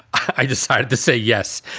i decided to say yes,